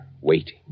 waiting